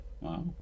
Wow